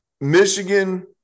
Michigan